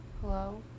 Hello